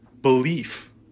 belief